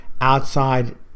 outside